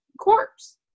corpse